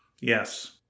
Yes